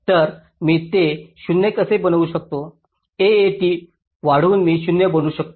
तर मी ते 0 कसे बनवू शकतो AAT वाढवून मी 0 बनवू शकतो